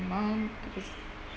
mum it's